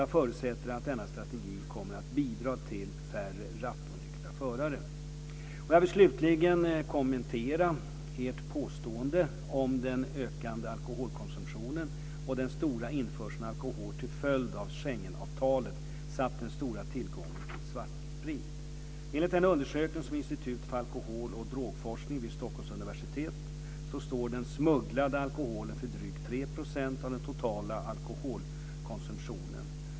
Jag förutsätter att denna strategi kommer att bidra till färre rattonyktra förare. Jag vill slutligen kommentera Elver Jonssons påståenden vad gäller den ökande alkoholkonsumtionen, den stora införseln av alkohol till följd av Schengenavtalet samt den stora tillgången till svartsprit. Enligt en undersökning av Institutet för alkoholoch drogforskning vid Stockholms universitet står den smugglade alkoholen för drygt 3 % av den totala alkoholkonsumtionen.